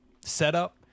setup